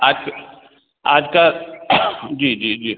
आज आज कल जी जी जी